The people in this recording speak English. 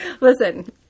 Listen